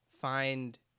find